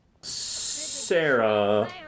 Sarah